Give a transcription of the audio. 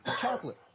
chocolate